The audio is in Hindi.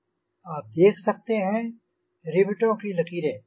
आप देख सकते हैं रिवेटों की लकीरें